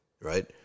right